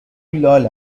لال